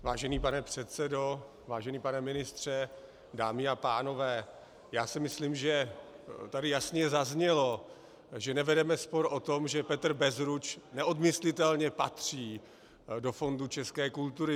Vážený pane předsedo, vážený pane ministře, dámy a pánové, já si myslím, že tady jasně zaznělo, že nevedeme spor o tom, že Petr Bezruč neodmyslitelně patří do fondu české kultury.